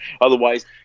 Otherwise